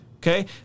Okay